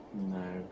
no